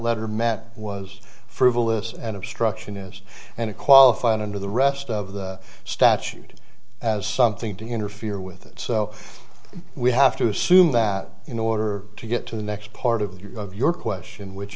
letter matt was frivolous and obstructionist and qualified under the rest of the statute as something to interfere with it so we have to assume that in order to get to the next part of your question which